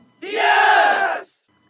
Yes